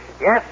Yes